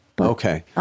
Okay